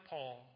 Paul